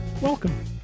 welcome